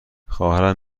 خواهرم